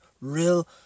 real